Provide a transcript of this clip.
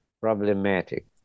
problematic